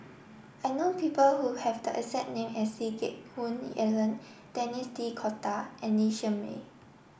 I know people who have the exact name as Lee Geck Hoon Ellen Denis D'Cotta and Lee Shermay